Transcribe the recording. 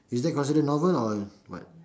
is that considered novel or what